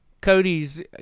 Cody's